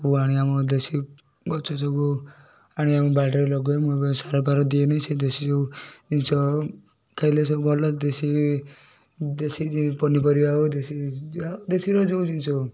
ସବୁ ଆଣେ ଆମ ଦେଶୀ ଗଛ ସବୁ ଆଣି ଆମ ବାଡ଼ିରେ ଲଗାଏ ମୁଁ ବେଶୀ ସାରଫାର ଦିଏନି ସେ ଦେଶୀ ସବୁ ଜିନିଷ ଖାଇଲେ ସବୁ ଭଲ ଦେଶୀ ଦେଶୀ ପନିପରିବା ହେଉ ଦେଶୀ ଦେଶୀର ଯେଉଁ ଜିନିଷ ହେଉ